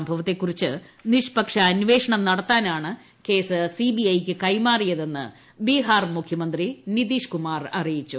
സംഭവത്തെക്കുറിച്ച് നിഷ്പക്ഷ അന്വേഷണം നടത്താനാണ് കേസ് സി ബി ഐക്ക് കൈമാറിയതെന്ന് ബീഹാർ മുഖ്യമന്ത്രി നിതീഷ് കുമാർ അറിയിച്ചു